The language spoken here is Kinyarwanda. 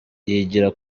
yigira